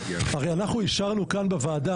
הרי אנחנו אישרנו כאן בוועדה,